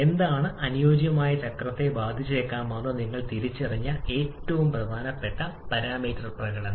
എന്താണ് അനുയോജ്യമായ ചക്രത്തെ ബാധിച്ചേക്കാമെന്ന് നിങ്ങൾ തിരിച്ചറിഞ്ഞ ഏറ്റവും പ്രധാനപ്പെട്ട പാരാമീറ്റർ പ്രകടനം